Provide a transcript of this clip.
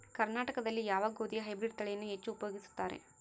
ಕರ್ನಾಟಕದಲ್ಲಿ ಯಾವ ಗೋಧಿಯ ಹೈಬ್ರಿಡ್ ತಳಿಯನ್ನು ಹೆಚ್ಚು ಉಪಯೋಗಿಸುತ್ತಾರೆ?